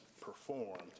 performed